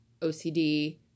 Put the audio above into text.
OCD